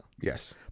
Yes